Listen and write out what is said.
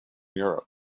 europe